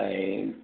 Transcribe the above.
ऐं